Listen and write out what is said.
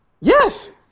Yes